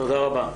תודה רבה.